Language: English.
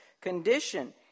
condition